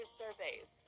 surveys